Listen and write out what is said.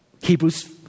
Hebrews